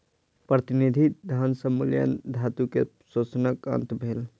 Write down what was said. प्रतिनिधि धन सॅ मूल्यवान धातु के शोषणक अंत भेल